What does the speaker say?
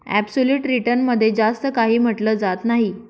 absolute return मध्ये जास्त काही म्हटलं जात नाही